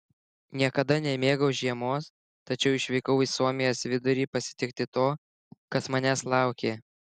niekada nemėgau žiemos tačiau išvykau į suomijos vidurį pasitikti to kas manęs laukė